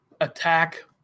attack